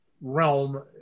realm